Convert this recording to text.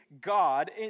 God